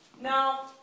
Now